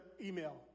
email